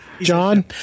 John